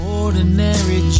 ordinary